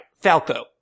Falco